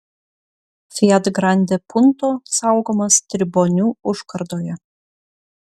fiat grande punto saugomas tribonių užkardoje